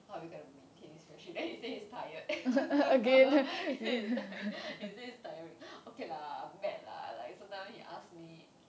how are we going to maintain this friendship then he say he's tired he say he's tired he say it's tiring okay lah mad lah sometimes he ask me